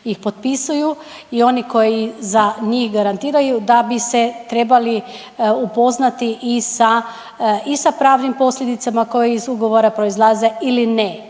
ih potpisuju i oni koji za njih garantiraju da bi se trebali upoznati i sa, i sa pravnim posljedicama koje iz ugovora proizlaze ili ne,